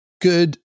good